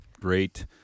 Great